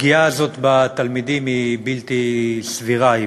הפגיעה הזאת בתלמידים היא בלתי סבירה,